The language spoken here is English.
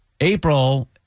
April